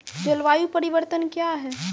जलवायु परिवर्तन कया हैं?